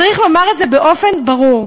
צריך לומר את זה באופן ברור.